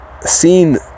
seen